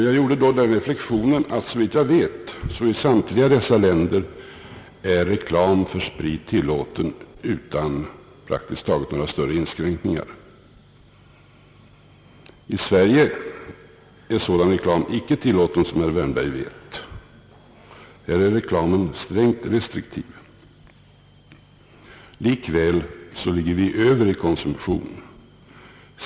Jag gjorde då den reflexionen att, så vitt jag vet, är reklam för sprit utan praktiskt taget några större inskränkningar tillåten i samtliga dessa länder. I Sverige är sådan reklam inte tillåten, som herr Wärnberg vet. Här är reklamen strängt restriktiv. Likväl ligger vi över i konsumtionen.